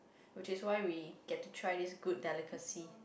which is why we get to try this good delicacy